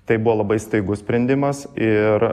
tai buvo labai staigus sprendimas ir